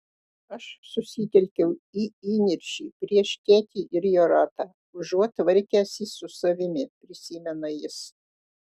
aš susitelkiau į įniršį prieš tėtį ir jo ratą užuot tvarkęsis su savimi prisimena jis